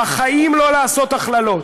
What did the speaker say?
בחיים לא לעשות הכללות,